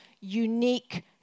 unique